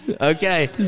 Okay